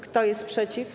Kto jest przeciw?